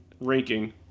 ranking